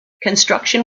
construction